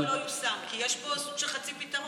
להערכתי זה לא יושם, כי יש פה סוג של חצי פתרון.